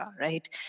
right